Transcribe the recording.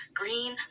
green